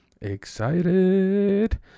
Excited